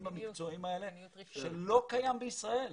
המקצועיים האלה וזה לא קיים בישראל.